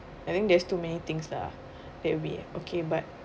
I think there's too many things lah that we okay but